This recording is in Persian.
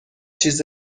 چیز